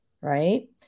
Right